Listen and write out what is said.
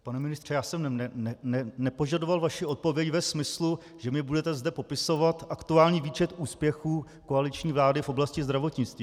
Pane ministře, já jsem nepožadoval vaši odpověď ve smyslu, že mi zde budete popisovat aktuální výčet úspěchů koaliční vlády v oblasti zdravotnictví.